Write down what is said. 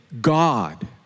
God